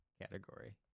category